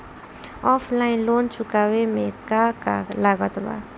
Offline loan चुकावे म का का लागत बा?